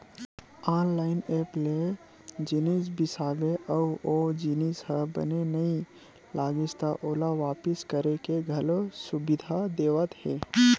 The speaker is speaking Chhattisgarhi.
ऑनलाइन ऐप ले जिनिस बिसाबे अउ ओ जिनिस ह बने नइ लागिस त ओला वापिस करे के घलो सुबिधा देवत हे